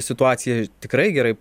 situacija tikrai gerai